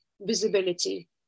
visibility